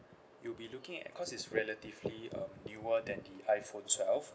you'll be looking at cause it's relatively uh newer than the iphone twelve